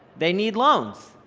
they need loans,